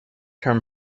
term